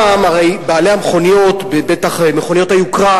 הרי בעלי מכוניות היוקרה,